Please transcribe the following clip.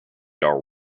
are